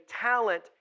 talent